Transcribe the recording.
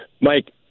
Mike